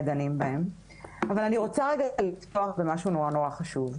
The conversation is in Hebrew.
אני רוצה להגיד משהו מאוד חשוב.